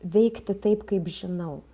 veikti taip kaip žinau